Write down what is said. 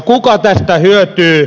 kuka tästä hyötyy